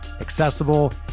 accessible